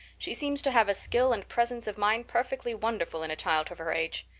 she seems to have a skill and presence of mind perfectly wonderful in a child of her age.